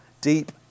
deep